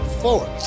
forward